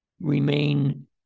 remain